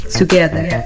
together